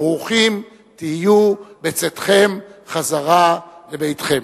וברוכים תהיו בצאתכם חזרה לביתכם.